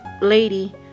lady